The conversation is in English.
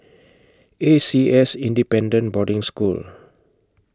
A C S Independent Boarding School